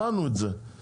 הבנו את זה,